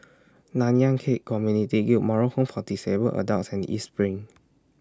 Nanyang Khek Community Guild Moral Home For Disabled Adults and East SPRING